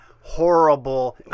horrible